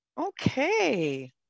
Okay